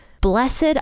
blessed